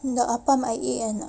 the apam I ate and